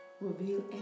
Reveal